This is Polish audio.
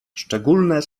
szczególne